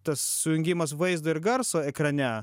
tas sujungimas vaizdo ir garso ekrane